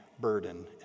burden